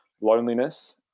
loneliness